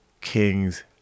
king's